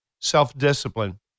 self-discipline